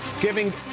giving